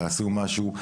תעשו משהו,